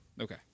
Okay